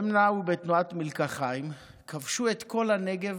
הם נעו בתנועת מלקחיים וכבשו את כל הנגב